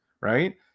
right